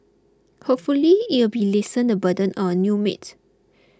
hopefully it'll be lessen the burden on our new maid